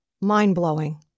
mind-blowing